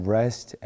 rest